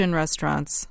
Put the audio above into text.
restaurants